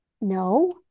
No